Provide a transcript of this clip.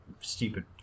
stupid